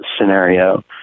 scenario